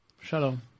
Shalom